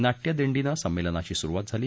नाट्यदिंडीनं संमेलनाची सुरुवात झाली